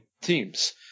teams